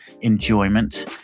enjoyment